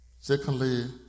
Secondly